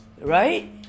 Right